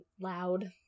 loud